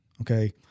Okay